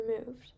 removed